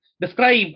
Describe